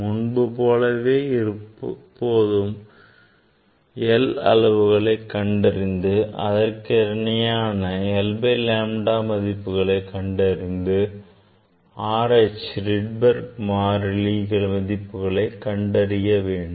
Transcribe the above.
முன்பு போலவே இப்போதும் l அளவுகளை கண்டறிந்து அதற்கு இணையான 1 by lambda மதிப்புகளை கண்டறிந்து அதிலிருந்து R H Rydberg மாறிலி மதிப்புகளை கண்டறியலாம்